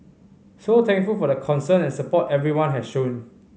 so thankful for the concern and support everyone has shown